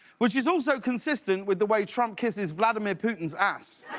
which is also consistent with the way trump kisses vladimir putin's ass.